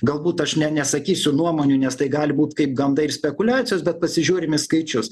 galbūt aš ne nesakysiu nuomonių nes tai gali būt kaip gandai ir spekuliacijos bet pasižiūrim į skaičius